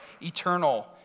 eternal